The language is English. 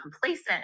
complacent